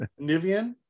Nivian